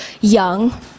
young